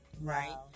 Right